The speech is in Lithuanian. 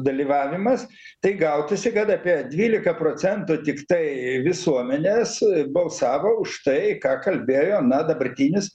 dalyvavimas tai gautųsi kad apie dvylika procentų tiktai visuomenės balsavo už tai ką kalbėjo na dabartinis